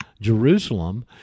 Jerusalem